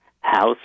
house